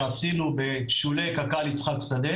ואת ההחלטות על כמות הזיהום וההשקעה,